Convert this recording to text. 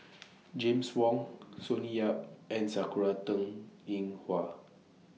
James Wong Sonny Yap and Sakura Teng Ying Hua